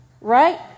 right